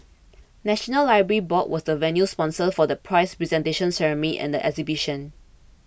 National Library Board was the venue sponsor for the prize presentation ceremony and the exhibition